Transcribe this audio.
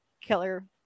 killer